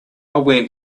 went